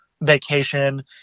vacation